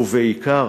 ובעיקר